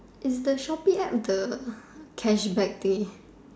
is the Shopee App the cashback thing